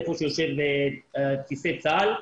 היכן שיושבים בסיסי צה"ל,